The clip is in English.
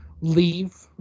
leave